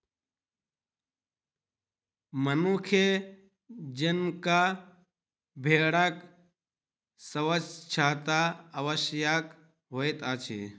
मनुखे जेंका भेड़क स्वच्छता आवश्यक होइत अछि